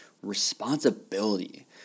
responsibility